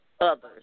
others